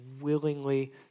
willingly